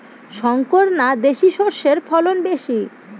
শংকর না দেশি সরষের ফলন বেশী?